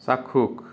চাক্ষুষ